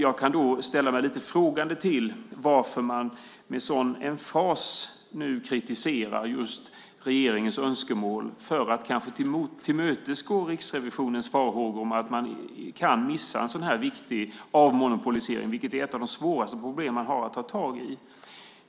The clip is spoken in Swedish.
Jag kan ställa mig lite frågande till varför man med en sådan emfas kritiserar regeringens önskemål om att tillmötesgå Riksrevisionens farhågor om att man kan missa en viktig avmonopolisering, vilket är ett av de svåraste problemen man har att ta tag i.